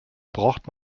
braucht